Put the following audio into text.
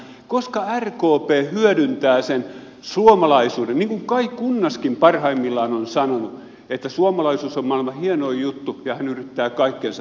koska rkp hyödyntää sen suomalaisuuden niin kuin kaj kunnaskin parhaimmillaan on sanonut että suomalaisuus on maailman hienoin juttu ja hän yrittää kaikkensa